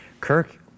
Kirk